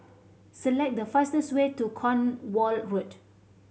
select the fastest way to Cornwall Road